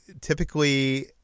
typically